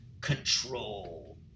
control